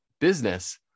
business